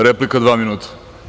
Replika, dva minuta.